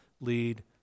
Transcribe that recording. lead